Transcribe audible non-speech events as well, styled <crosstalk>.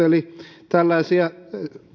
<unintelligible> eli tällaisia